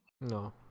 no